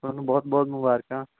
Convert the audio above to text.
ਤੁਹਾਨੂੰ ਬਹੁਤ ਬਹੁਤ ਮੁਬਾਰਕਾਂ